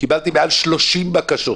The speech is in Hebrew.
קיבלתי מעל 30 בקשות.